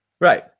Right